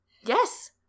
Yes